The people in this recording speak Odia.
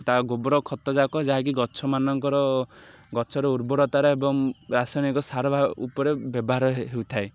ତା ଗୋବର ଖତଯାକ ଯାହାକି ଗଛମାନଙ୍କର ଗଛର ଉର୍ବରତାର ଏବଂ ରାସାୟନିକ ସାର ଉପରେ ବ୍ୟବହାର ହୋଇଥାଏ